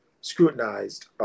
scrutinized